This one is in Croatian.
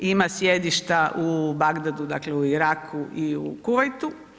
Ima sjedišta u Bagdadu, dakle u Iraku, i u Kuvajtu.